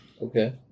Okay